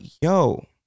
yo